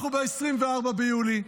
אנחנו ב-24 ביולי,